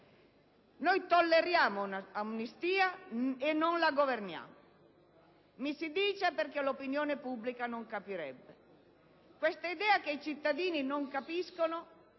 Noi tolleriamo un'amnistia e non la governiamo. Mi si dice che ciò avviene perché l'opinione pubblica non lo capirebbe. Questa idea che i cittadini non capiscono